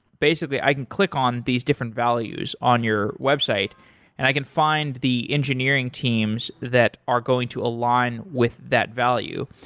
basically i can click on these different values on your website and i can find the engineering teams that are going to align with that value.